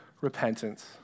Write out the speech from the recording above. repentance